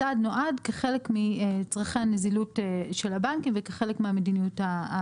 הצעד נועד כחלק מצרכי הנזילות של הבנקים וכחלק מהמדיניות.